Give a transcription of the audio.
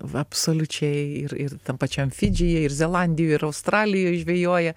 va absoliučiai ir ir tam pačiam fidžyje ir zelandijoj ir australijoj žvejoja